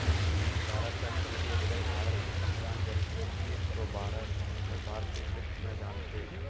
भारत का केंद्रीय बजट भारत के संविधान के अनुच्छेद एक सौ बारह में वार्षिक वित्त में जानते है